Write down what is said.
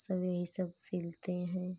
सब यही सब सिलते हैं